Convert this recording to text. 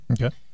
Okay